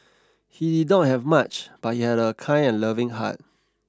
he did not have much but he had a kind and loving heart